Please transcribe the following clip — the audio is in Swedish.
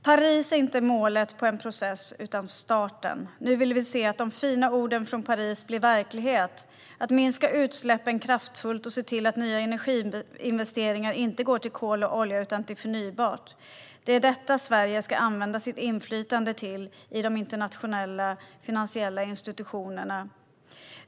Paris är inte målet för en process utan starten. Nu vill vi se de fina orden från Paris bli till verklighet. Utsläppen ska minskas kraftfullt, och nya energiinvesteringar ska inte gå till kol och olja utan till förnybart. Det är detta Sverige ska använda sitt inflytande till i de internationella finansiella institutionerna.